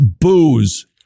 booze